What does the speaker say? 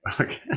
okay